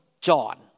John